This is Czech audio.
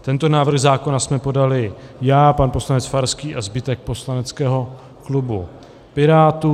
Tento návrh zákona jsme podali já, pan poslanec Farský a zbytek poslaneckého klubu Pirátů.